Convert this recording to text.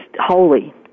holy